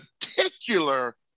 particular